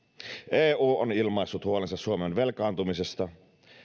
eu on ilmaissut huolensa suomen velkaantumisesta